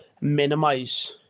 minimize